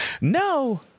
No